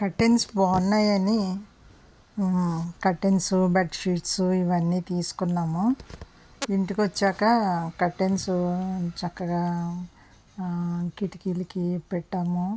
curtains బాగున్నాయని curtains bedsheets ఇవన్నీ తీసుకున్నాము ఇంటికి వచ్చాక కర్టెన్స్ చక్కగా ఆ కిటికీలకి పెట్టాము